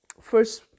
first